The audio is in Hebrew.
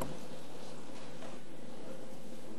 ארתור קוקשטל: